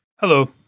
Hello